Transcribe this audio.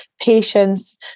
patience